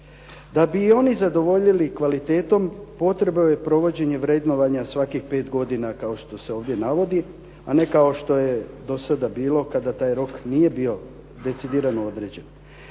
Da bi oni zadovoljili kvalitetom, potrebno je provođenje vrednovanja svakih 5 godina kao što se ovdje navodi, a ne kao što je do sada bilo kada taj rok nije bio decidirano određen.